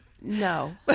No